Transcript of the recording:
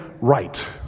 right